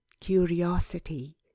curiosity